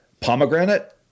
pomegranate